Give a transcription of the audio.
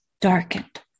darkened